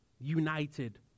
united